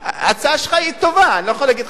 ההצעה שלך טובה, אני לא יכול להגיד לך שלא,